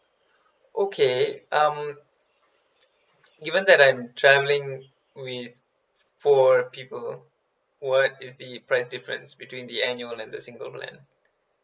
okay um given that I'm travelling with four people what is the price difference between the annual and the single plan